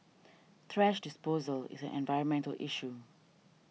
thrash disposal is an environmental issue